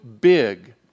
big